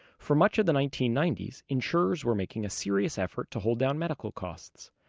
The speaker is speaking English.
for much of the nineteen ninety s, insurers were making a serious effort to hold down medical costs.